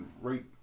right